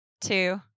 two